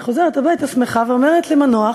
היא חוזרת הביתה שמחה ואומרת למנוח: